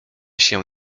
się